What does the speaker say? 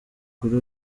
kuri